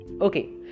Okay